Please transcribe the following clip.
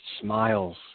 smiles